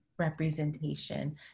representation